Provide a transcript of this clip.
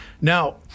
Now